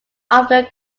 after